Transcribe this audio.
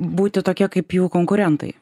būti tokie kaip jų konkurentai